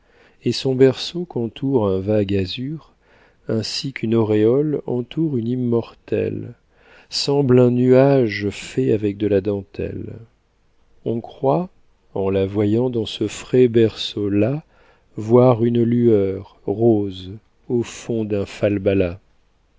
et son berceau qu'entoure un vague azur ainsi qu'une auréole entoure une immortelle semble un nuage fait avec de la dentelle on croit en la voyant dans ce frais berceau là voir une lueur rose au fond d'un falbala